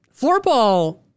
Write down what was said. Floorball